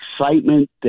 excitement